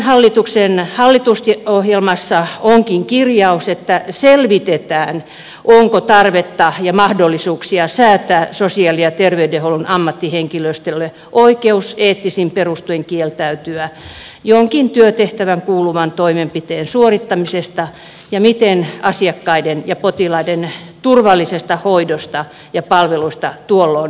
tämän hallituksen hallitusohjelmassa onkin kirjaus että selvitetään onko tarvetta ja mahdollisuuksia säätää sosiaali ja terveydenhuollon ammattihenkilöstölle oikeus eettisin perustein kieltäytyä jonkin työtehtävään kuuluvan toimenpiteen suorittamisesta ja miten asiakkaiden ja potilaiden turvallisesta hoidosta ja palveluista tuol loin huolehditaan